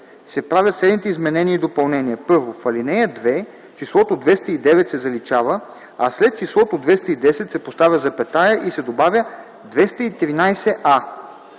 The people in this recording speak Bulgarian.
се правят следните изменения и допълнения: 1. В ал. 2 числото „209” се заличава, а след числото „210” се поставя запетая и се добавя „213а”.